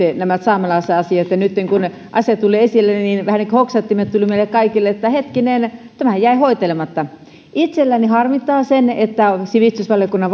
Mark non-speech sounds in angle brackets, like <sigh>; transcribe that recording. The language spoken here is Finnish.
saamelaisasiat ja nytten kun asia tuli esille niin hoksottimet tuli meille kaikille että hetkinen tämähän jäi hoitelematta itseäni harmittaa se että sivistysvaliokunnan <unintelligible>